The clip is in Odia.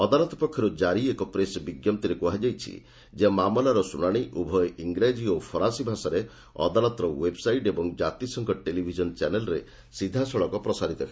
ଅଦାଲତ ପକ୍ଷରୁ ଜାରି ଏକ ପ୍ରେସ୍ ବିଞ୍ଜପ୍ତିରେ କୁହାଯାଇଛି ଯେ ମାମଲାର ଶୁଣାଣି ଉଭୟ ଇଂରାଜି ଓ ଫରାସୀ ଭାଷାରେ ଅଦାଲତର ୱେବ୍ସାଇଟ୍ ଏବଂ ଜାତିସଂଘ ଟେଲିଭିଜନ ଚ୍ୟାନେଲ୍ରେ ସିଧାସଳଖ ପ୍ରସାରିତ ହେବ